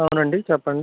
అవునండి చెప్పండి